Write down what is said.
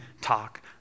talk